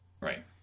Right